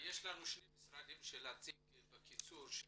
יש שני משרדים שיציגו בקיצור,